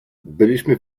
byliśmy